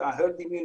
את חסינות העדר,